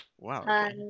Wow